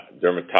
dermatology